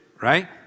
right